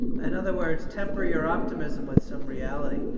in other words, temper your optimism with some reality.